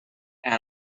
and